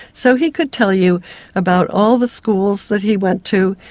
so he could tell you about all the schools that he went to,